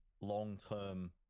long-term